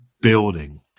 building